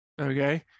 okay